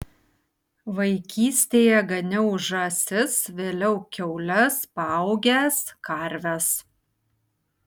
vaikystėje ganiau žąsis vėliau kiaules paaugęs karves